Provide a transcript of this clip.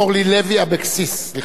אורלי לוי אבקסיס, סליחה.